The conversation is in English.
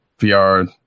VR